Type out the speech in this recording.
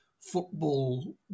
football